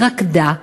היא רקדה,